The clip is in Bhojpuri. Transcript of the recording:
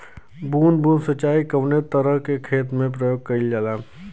बूंद बूंद सिंचाई कवने तरह के खेती में प्रयोग कइलजाला?